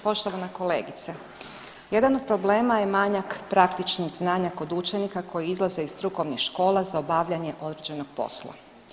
Poštovana kolegice jedan od problema je manjak praktičnih znanja kod učenika koji izlaze iz strukovnih škola za obavljanje određenog posla.